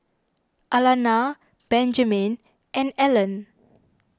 Alannah Benjman and Ellen